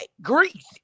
Greece